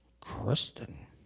Kristen